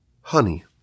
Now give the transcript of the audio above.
honey